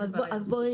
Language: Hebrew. בואי